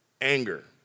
anger